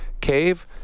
Cave